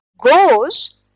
goes